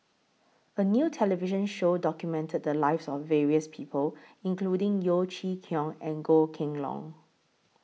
A New television Show documented The Lives of various People including Yeo Chee Kiong and Goh Kheng Long